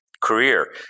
career